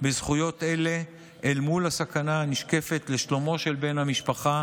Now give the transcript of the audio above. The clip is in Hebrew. בזכויות אלה אל מול הסכנה הנשקפת לשלומו של בן המשפחה